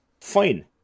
fine